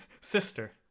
sister